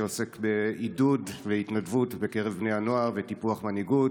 שעוסק בעידוד והתנדבות בקרב בני הנוער וטיפוח מנהיגות.